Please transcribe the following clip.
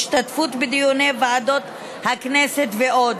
בהשתתפות בדיוני ועדות הכנסת ועוד.